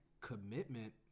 commitment